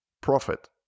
profit